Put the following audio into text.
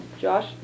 Josh